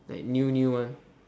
like new new one